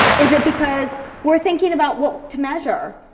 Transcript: is it because we're thinking about what to measure?